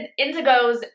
Indigos